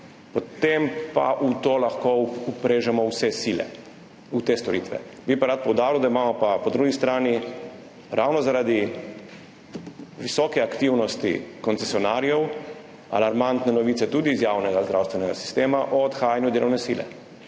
Potem pa v to lahko vprežemo vse sile, v te storitve. Bi pa rad poudaril, da imamo po drugi strani ravno zaradi visoke aktivnosti koncesionarjev alarmantne novice tudi iz javnega zdravstvenega sistema o odhajanju delovne sile,